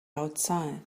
outside